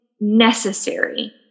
necessary